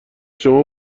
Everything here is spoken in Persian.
شما